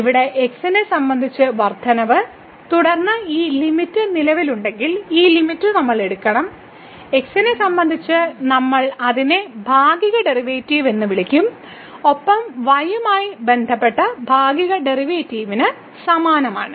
ഇവിടെ x നെ സംബന്ധിച്ച വർദ്ധനവ് തുടർന്ന് ഈ ലിമിറ്റ് നിലവിലുണ്ടെങ്കിൽ ഈ ലിമിറ്റ് നമ്മൾ എടുക്കണം x നെ സംബന്ധിച്ച് നമ്മൾ അതിനെ ഭാഗിക ഡെറിവേറ്റീവ് എന്ന് വിളിക്കും ഒപ്പം y യുമായി ബന്ധപ്പെട്ട ഭാഗിക ഡെറിവേറ്റീവിന് സമാനമാണ്